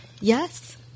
Yes